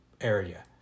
area